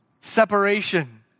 separation